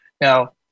Now